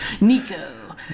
Nico